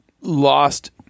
lost